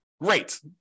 great